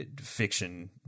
fiction